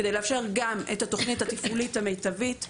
כדי לאפשר גם את התוכנית התפעולית המיטבית,